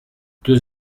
deux